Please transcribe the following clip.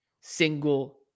single